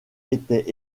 étaient